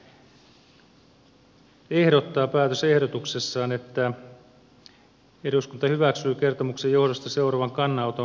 tosiaan valiokunta täällä ehdottaa päätösehdotuksessaan että eduskunta hyväksyy kertomuksen johdosta seuraavan kannanoton